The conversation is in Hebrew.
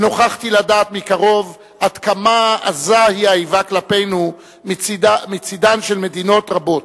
ונוכחתי לדעת מקרוב עד כמה עזה היא האיבה כלפינו מצדן של מדינות רבות,